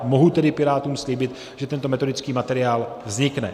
Mohu tedy Pirátům slíbit, že tento metodický materiál vznikne.